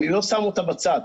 אני לא שם אותה בצד,